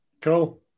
Cool